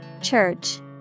Church